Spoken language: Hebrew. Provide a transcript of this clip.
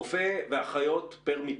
רופא ואחיות פר מיטה?